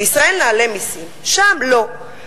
בישראל נעלה מסים, שם, לא.